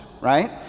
right